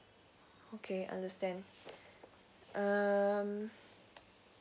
okay understand um